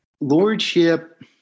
Lordship